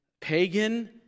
pagan